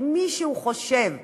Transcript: אם מישהו חושב של"גוגל"